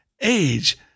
age